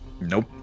Nope